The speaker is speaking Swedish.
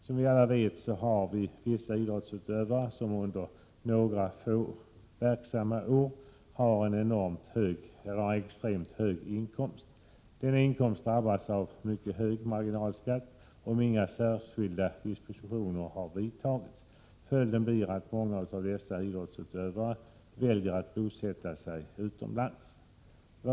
Som vi alla vet har vissa idrottsutövare under några få verksamma år en extremt hög inkomst. Denna inkomst drabbas av mycket höga marginalskatter, om inga särskilda dispositioner har vidtagits. Följden blir att många av dessa idrottsutövare väljer att bosätta sig utomlands.